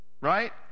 right